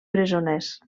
presoners